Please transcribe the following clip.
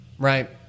Right